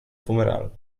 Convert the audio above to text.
fumeral